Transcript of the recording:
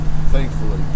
thankfully